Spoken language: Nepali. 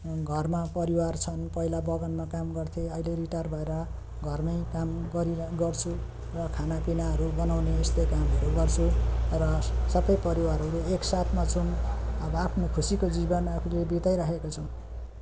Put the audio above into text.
घरमा परिवार छन् पहिला बगानमा काम गर्थेँ अहिले रिटायर भएर घरमै काम गरिरहेको गर्छु र खानापिनाहरू बनाउने यस्तो कामहरू गर्छु र सब परिवारहरू एक साथमा छौँ अब आफ्नो खुसीको जीवन आफूले बिताइरहेको छौँ